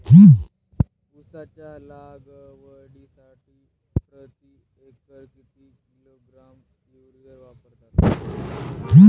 उसाच्या लागवडीसाठी प्रति एकर किती किलोग्रॅम युरिया वापरावा?